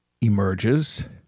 emerges